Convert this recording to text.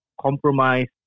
compromise